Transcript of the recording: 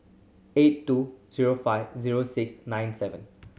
eight two zero five zero six nine seven